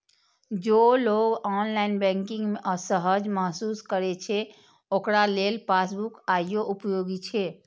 जे लोग online banking मे असहज महसूस करै छै, ओकरा लेल पासबुक आइयो उपयोगी छै